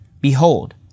Behold